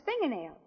fingernail